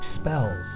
spells